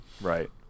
Right